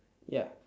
ya